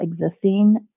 existing